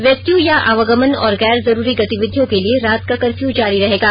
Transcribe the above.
व्यक्तियों या आवागमन और गैर जरूरी गतिविधियों के लिए रात का कर्फ्यू जारी रहेगा